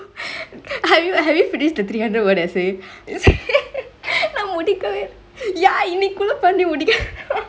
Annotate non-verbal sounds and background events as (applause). have you have you finished the three hundred word essay is it நா முடிக்கவே இல்ல:naa mudikave ille ya இன்னிக்குள்ள பன்னி முடிக்கனு:innikulle panni mudikanu (laughs)